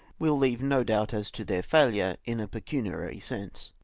will leave no doubt as to their failure in a pecuniary sense.